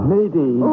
Lady